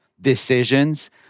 decisions